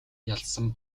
ялсан